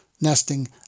nesting